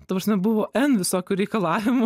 ta prasme buvo en visokių reikalavimų